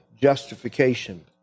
justification